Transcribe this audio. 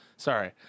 Sorry